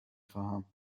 خواهم